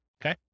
Okay